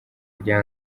rya